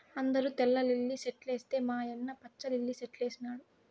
అందరూ తెల్ల లిల్లీ సెట్లేస్తే మా యన్న పచ్చ లిల్లి సెట్లేసినాడు